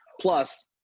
Plus